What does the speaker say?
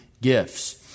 gifts